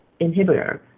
inhibitor